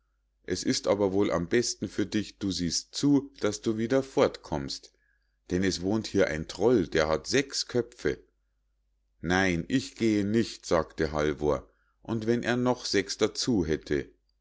es ist aber wohl am besten für dich du siehst zu daß du wieder fortkommst denn es wohnt hier ein troll der hat sechs köpfe nein ich gehe nicht sagte halvor und wenn er noch sechs dazu hätte